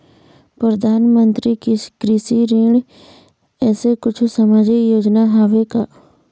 परधानमंतरी कृषि ऋण ऐसे कुछू सामाजिक योजना हावे का?